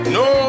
no